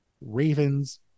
Ravens